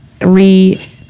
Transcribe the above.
re-